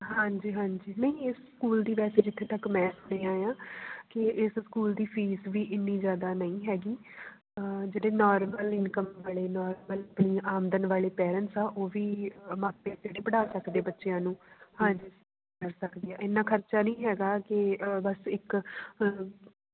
ਹਾਂਜੀ ਹਾਂਜੀ ਨਹੀਂ ਇਹ ਸਕੂਲ ਦੀ ਵੈਸੇ ਜਿੱਥੇ ਤੱਕ ਮੈਂ ਸੁਣਿਆ ਆ ਕਿ ਇਸ ਸਕੂਲ ਦੀ ਫੀਸ ਵੀ ਇੰਨੀ ਜ਼ਿਆਦਾ ਨਹੀਂ ਹੈਗੀ ਜਿਹੜੇ ਨੋਰਮਲ ਇਨਕਮ ਵਾਲੇ ਨੋਰਮਲ ਆਮਦਨ ਵਾਲੇ ਪੇਰੈਂਟਸ ਆ ਉਹ ਵੀ ਮਾਪੇ ਜਿਹੜੇ ਪੜ੍ਹਾ ਸਕਦੇ ਬੱਚਿਆਂ ਨੂੰ ਹਾਂਜੀ ਕਰ ਸਕਦੇ ਆ ਇੰਨਾ ਖਰਚਾ ਨਹੀਂ ਹੈਗਾ ਕਿ ਬਸ ਇੱਕ